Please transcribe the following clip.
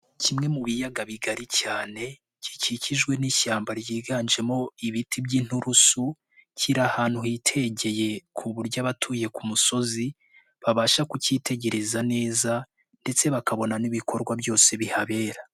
Kimwe mu biyaga bigari cyane gikikijwe n'ishyamba ryiganjemo ibiti by'inturusu kiri ahantu hitegeye ku buryo abatuye ku musozi babasha kucyitegereza neza ndetse bakabona n'ibikorwa byose bihabera.